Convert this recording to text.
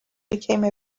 became